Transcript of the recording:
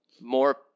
more